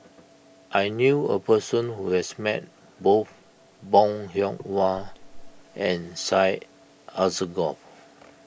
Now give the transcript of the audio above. I knew a person who has met both Bong Hiong Hwa and Syed Alsagoff